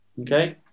Okay